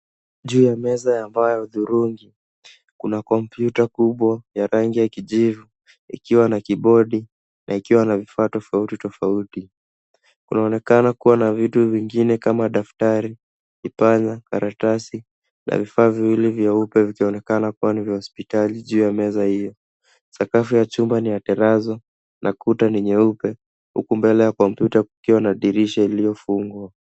Juu ya meza ya mbao ya hudhurungi kuna kompyuta kubwa ya rangi ya kijivu ikiwa na kibodi na ikiwa na vifaa tofauti, tofauti. Kunaonekana kuwa na vitu vingine kama daftari, kipanya, karatasi na vifaa viwili vyeupe vikionekana kuwa ni vya hospitali juu ya meza hiyo. Sakafu ya chumba ni ya terrazzo , na kuta ni nyeupe, huku mbele ya kompyuta kukiwa na dirisha iliyofungwa.